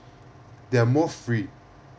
they're more free